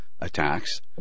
attacks